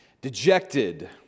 Dejected